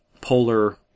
polar